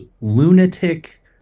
lunatic